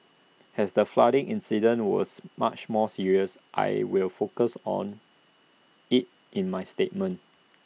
as the flooding incident was much more serious I will focus on IT in my statement